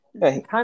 Hey